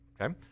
okay